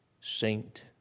saint